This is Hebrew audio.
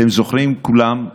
אתם זוכרים כולם,